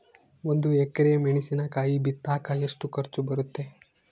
ಒಂದು ಎಕರೆ ಮೆಣಸಿನಕಾಯಿ ಬಿತ್ತಾಕ ಎಷ್ಟು ಖರ್ಚು ಬರುತ್ತೆ?